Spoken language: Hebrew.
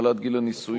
העלאת גיל הנישואין),